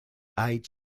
age